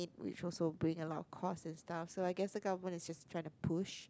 which also bring a lot of cost and stuff so I guess the government is just trying to push